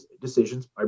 decisions